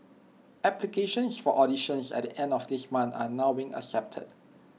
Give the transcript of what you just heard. applications for auditions at the end of this month are now being accepted